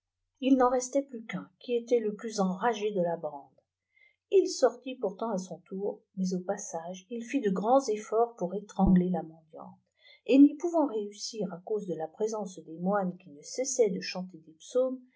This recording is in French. il p en reliait plus qu'un qui était le plus enragé djçja bande jij sortit pourtant à son tour mais au passage il fil de grands efforts pour ètrpgler la mendiante et n'y pouvant réussir à cause de la présence des moines qui ne cessaient de chanter des psaumes